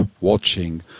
watching